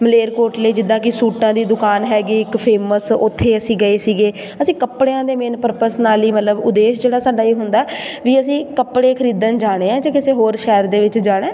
ਮਲੇਰਕੋਟਲੇ ਜਿੱਦਾਂ ਕਿ ਸੂਟਾਂ ਦੀ ਦੁਕਾਨ ਹੈਗੀ ਇੱਕ ਫੇਮਸ ਉੱਥੇ ਅਸੀਂ ਗਏ ਸੀਗੇ ਅਸੀਂ ਕੱਪੜਿਆਂ ਦੇ ਮੇਨ ਪਰਪਸ ਨਾਲ ਹੀ ਮਤਲਬ ਉਦੇਸ਼ ਜਿਹੜਾ ਸਾਡਾ ਇਹ ਹੁੰਦਾ ਵੀ ਅਸੀਂ ਕੱਪੜੇ ਖਰੀਦਣ ਜਾਣੇ ਹੈ ਜੇ ਕਿਸੇ ਹੋਰ ਸ਼ਹਿਰ ਦੇ ਵਿੱਚ ਜਾਣਾ